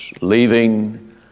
leaving